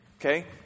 okay